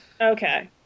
Okay